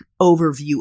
overview